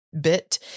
bit